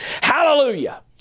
Hallelujah